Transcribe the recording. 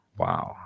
wow